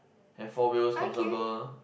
have four wheels comfortable